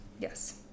Yes